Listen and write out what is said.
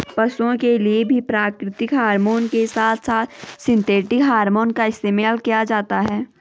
पशुओं के लिए भी प्राकृतिक हॉरमोन के साथ साथ सिंथेटिक हॉरमोन का इस्तेमाल किया जाता है